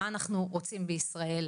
מה אנחנו רוצים בישראל,